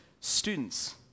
students